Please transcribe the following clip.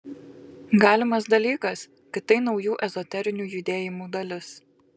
galimas dalykas kad tai naujų ezoterinių judėjimų dalis